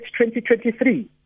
2023